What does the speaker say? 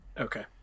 Okay